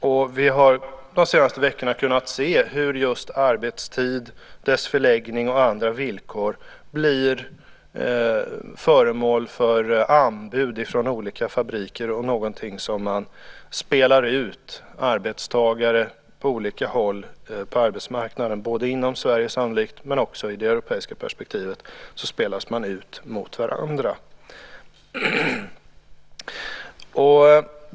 Vi har under de senaste veckorna kunnat se hur just arbetstidens förläggning och andra villkor blir föremål för anbud från olika fabriker och någonting med vars hjälp man spelar ut arbetstagare mot varandra på olika håll på arbetsmarknaden. Sannolikt både inom Sverige och i det europeiska perspektivet spelas man ut mot varandra.